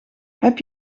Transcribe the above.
heb